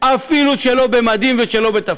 אפילו לא במדים ולא בתפקיד.